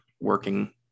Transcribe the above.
working